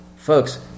Folks